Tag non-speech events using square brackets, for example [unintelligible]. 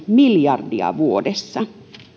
[unintelligible] miljardia vuodessa